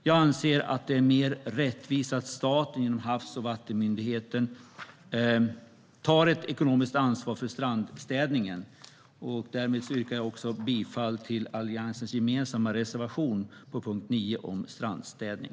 Jag anser att det är mer rättvist att staten genom Havs och vattenmyndigheten tar ett ekonomiskt ansvar för strandstädningen. Därmed yrkar jag bifall till Alliansens gemensamma reservation 6 under punkt 9 om strandstädning.